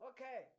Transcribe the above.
Okay